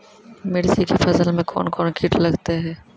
मिर्ची के फसल मे कौन कौन कीट लगते हैं?